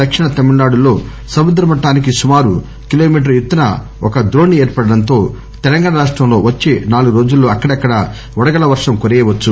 దక్షిణ తమిళనాడులో సముద్ర మట్లానికి సుమారు కిలోమీటర్ ఎత్తున ఒక ద్రోణి ఏర్పడటంతో తెలంగాణ రాష్టంలో వచ్చే నాలుగు రోజుల్లో అక్కడక్కడ వడగళ్ల వర్షం కురియవచ్చు